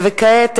וכעת,